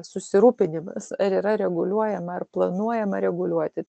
susirūpinimas ar yra reguliuojama ar planuojama reguliuoti